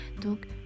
Donc